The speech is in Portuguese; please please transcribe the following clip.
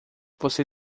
você